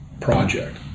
project